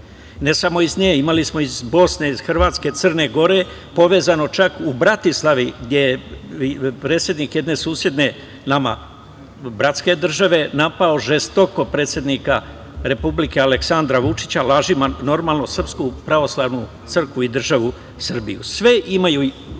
ne samo iz nje, imali smo iz Bosne, Hrvatske, Crne Gore povezano čak u Bratislavi gde je predsednik jedne susedne nama bratske države napao žestoko predsednika Republike Aleksandra Vučića lažima normalno, Srpsku pravoslavnu crkvu i državu Srbiju. Sve imaju